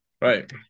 right